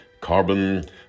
carbon